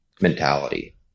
mentality